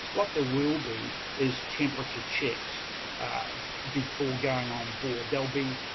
what there will be is temperature checks before going on board. there'll be